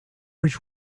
was